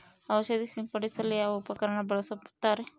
ಔಷಧಿ ಸಿಂಪಡಿಸಲು ಯಾವ ಉಪಕರಣ ಬಳಸುತ್ತಾರೆ?